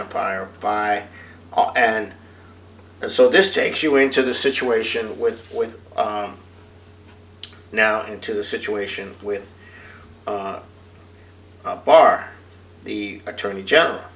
empire by all and so this takes you into the situation with with now into the situation with bar the attorney general